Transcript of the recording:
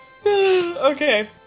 Okay